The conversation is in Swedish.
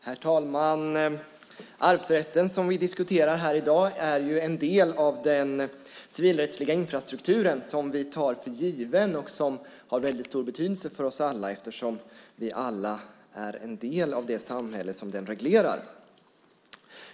Herr talman! Arvsrätten, som vi diskuterar här i dag, är en del av den civilrättsliga infrastrukturen som vi tar för given och som har stor betydelse för oss alla eftersom vi alla är en del av det samhälle som den reglerar.